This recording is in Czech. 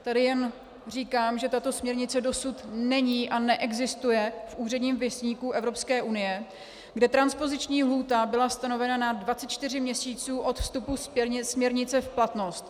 Tady jen říkám, že tato směrnice dosud není a neexistuje v Úředním věstníku Evropské unie, kde transpoziční lhůta byla stanovena na 24 měsíců od vstupu směrnice v platnost.